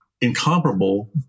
incomparable